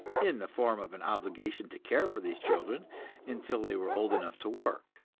in the form of an obligation to care for these children until they were old enough to work.